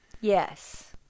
Yes